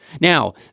Now